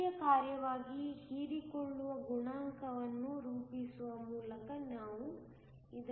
ಶಕ್ತಿಯ ಕಾರ್ಯವಾಗಿ ಹೀರಿಕೊಳ್ಳುವ ಗುಣಾಂಕವನ್ನು ರೂಪಿಸುವ ಮೂಲಕ ನಾವು ಇದನ್ನು ತೋರಿಸಬಹುದು